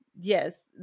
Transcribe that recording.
yes